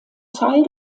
teil